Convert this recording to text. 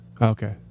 Okay